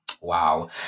wow